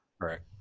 Correct